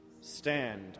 stand